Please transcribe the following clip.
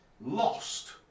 Lost